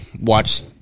watch